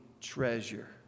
treasure